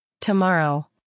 Tomorrow